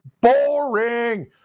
boring